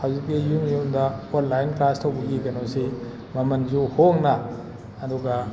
ꯍꯧꯖꯤꯛꯇꯤ ꯌꯨꯝ ꯌꯨꯝꯗ ꯑꯣꯟꯂꯥꯏꯟ ꯀ꯭ꯂꯥꯁ ꯇꯧꯕꯒꯤ ꯀꯩꯅꯣꯁꯤ ꯃꯃꯟꯁꯨ ꯍꯣꯡꯅ ꯑꯗꯨꯒ